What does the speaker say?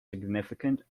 significant